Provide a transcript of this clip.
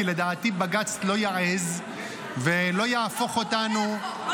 כי לדעתי בג"ץ לא יעז ולא יהפוך אותנו --- לא,